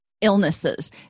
illnesses